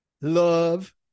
love